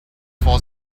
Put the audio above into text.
for